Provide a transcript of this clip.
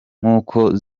nkuko